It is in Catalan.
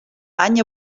any